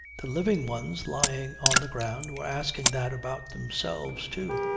the living ones lying on the ground were asking that about themselves, too.